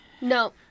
No